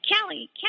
Kelly